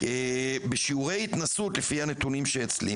בשיעורי התנסות לפי הנתונים שאצלי,